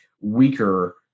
weaker